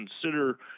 consider